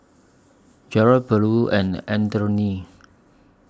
Jarrod Beula and Anfernee